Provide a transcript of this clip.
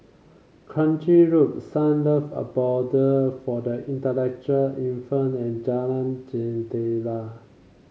Kranji Loop Sunlove Abode for the Intellectual Infirmed and Jalan Jendela